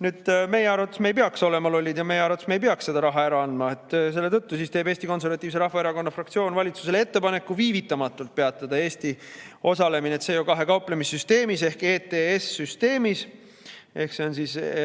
ära. Meie arvates me ei peaks olema lollid ja meie arvates me ei peaks seda raha ära andma. Selle tõttu teeb Eesti Konservatiivse Rahvaerakonna fraktsioon valitsusele ettepaneku viivitamatult peatada Eesti osalemine CO2-ga kauplemise süsteemis ehk ETS‑süsteemis – see